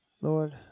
Lord